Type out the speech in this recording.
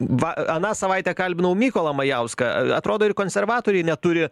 va aną savaitę kalbinau mykolą majauską atrodo ir konservatoriai neturi